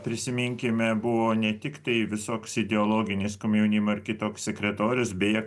prisiminkime buvo ne tiktai visoks ideologinis komjaunimo ar kitoks sekretorius beje